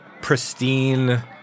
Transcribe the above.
pristine